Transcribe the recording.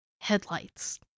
headlights